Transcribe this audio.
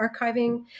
archiving